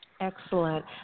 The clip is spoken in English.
Excellent